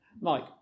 Mike